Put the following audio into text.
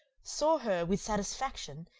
saw her, with satisfaction,